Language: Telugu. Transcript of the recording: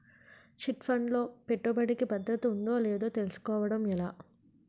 చిట్ ఫండ్ లో పెట్టుబడికి భద్రత ఉందో లేదో తెలుసుకోవటం ఎలా?